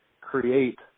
create